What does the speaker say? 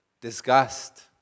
Disgust